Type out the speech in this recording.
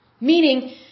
meaning